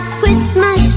Christmas